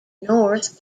north